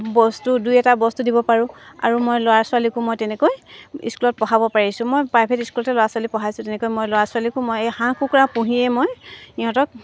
বস্তু দুই এটা বস্তু দিব পাৰোঁ আৰু মই ল'ৰা ছোৱালীকো মই তেনেকৈ স্কুলত পঢ়াব পাৰিছোঁ মই প্ৰাইভেট স্কুলতে ল'ৰা ছোৱালী পঢ়াইছোঁ তেনেকৈ মই ল'ৰা ছোৱালীকো মই এই হাঁহ কুকুৰা পুহিয়ে মই সিহঁতক